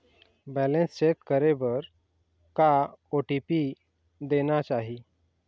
Balance check करे बर का ओ.टी.पी देना चाही?